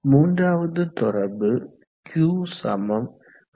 மூன்றாவது தொடர்பு q h